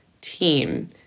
team